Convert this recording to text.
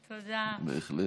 בהחלט.